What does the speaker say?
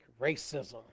racism